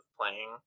playing